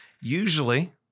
usually